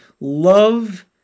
love